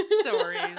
stories